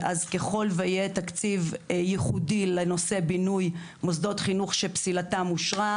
ככל ויהיה תקציב ייחודי לנושא בינוי מוסדות חינוך שפסילתם אושרה,